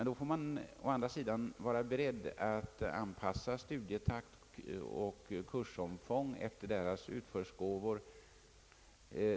Då får man å andra sidan vara beredd att anpassa studietakt och kursomfång efter deras utförsgåvor.